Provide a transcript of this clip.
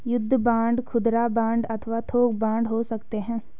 युद्ध बांड खुदरा बांड अथवा थोक बांड हो सकते हैं